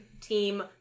team